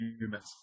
humans